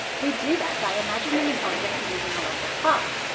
we do that by imagining an object moving along the path.